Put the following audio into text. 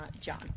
John